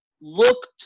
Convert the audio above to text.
looked